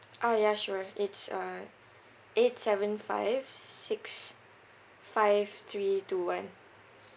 ah ya sure it's uh eight seven five six five three two one